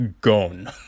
gone